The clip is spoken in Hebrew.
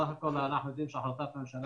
בסך הכול אנחנו יודעים שהחלטת הממשלה